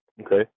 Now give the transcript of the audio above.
Okay